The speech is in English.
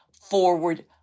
Forward